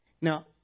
Now